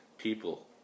People